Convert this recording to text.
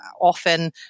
often